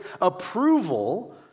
approval